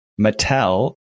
Mattel